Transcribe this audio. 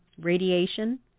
radiation